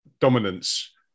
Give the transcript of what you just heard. dominance